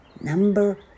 Number